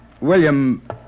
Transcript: William